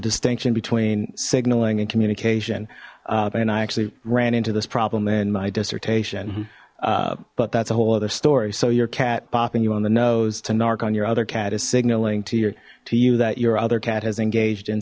distinction between signaling and communication and i actually ran into this problem in my dissertation but that's a whole other story so your cat popping you on the nose to narc on your other cat is signaling to your to you that your other cat has engaged in